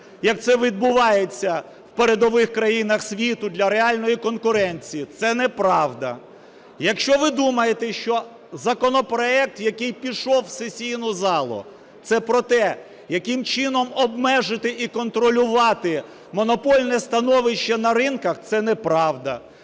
як це відбувається в передових країнах світу для реальної конкуренції, це неправда. Якщо ви думаєте, що законопроект, який пішов в сесійну залу, це про те, яким чином обмежити і контролювати монопольне становище на ринках, це неправда.